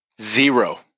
Zero